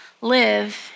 live